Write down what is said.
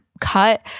cut